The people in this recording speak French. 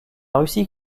russie